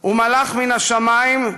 ומלאך מן השמים /